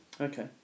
Okay